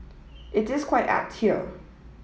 it is quite apt here